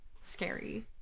scary